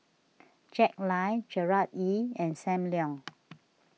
Jack Lai Gerard Ee and Sam Leong